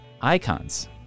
icons